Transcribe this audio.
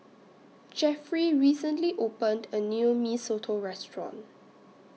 Jeffry recently opened A New Mee Soto Restaurant